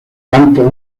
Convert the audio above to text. tanto